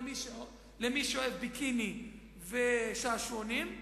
למי שאוהב ביקיני ושעשועונים,